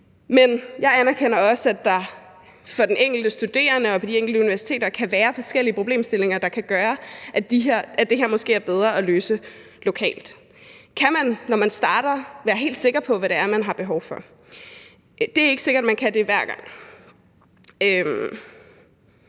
Men jeg anerkender også, at der for den enkelte studerende og på de enkelte universiteter kan være forskellige problemstillinger, der kan gøre, at det her måske er bedre at løse lokalt. Kan man, når man starter, være helt sikker på, hvad det er, man har behov for? Det er ikke sikkert, at man kan det hver gang.